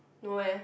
no way